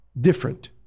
different